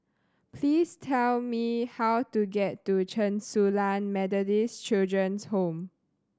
please tell me how to get to Chen Su Lan Methodist Children's Home